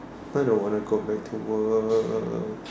I don't want to go back to work